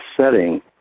setting